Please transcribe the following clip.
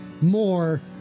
more